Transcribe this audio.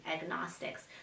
agnostics